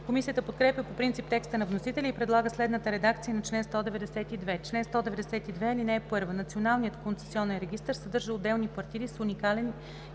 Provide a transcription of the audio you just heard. Комисията подкрепя по принцип текста на вносителя и предлага следната редакция на чл. 192: „Чл. 192. (1) Националният концесионен регистър съдържа отделни партиди с уникален